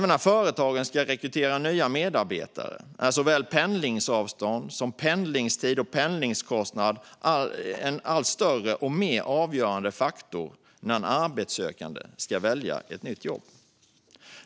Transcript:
När företagen ska rekrytera nya medarbetare är såväl pendlingsavstånd som pendlingstid och pendlingskostnad allt större och mer avgörande faktorer för en arbetssökande som ska välja ett nytt jobb.